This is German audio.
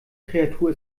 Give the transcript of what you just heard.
kreatur